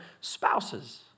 spouses